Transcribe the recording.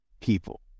people